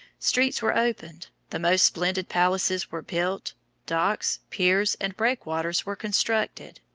streets were opened the most splendid palaces were built docks, piers and breakwaters were constructed,